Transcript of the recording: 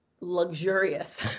luxurious